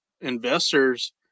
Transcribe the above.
investors